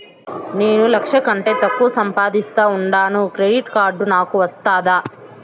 నేను లక్ష కంటే తక్కువ సంపాదిస్తా ఉండాను క్రెడిట్ కార్డు నాకు వస్తాదా